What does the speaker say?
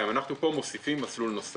חלקם לוקחים 2,000. אנחנו פה מוסיפים מסלול נוסף.